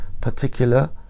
particular